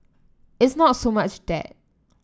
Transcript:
it's not so much that